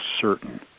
certain